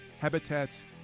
habitats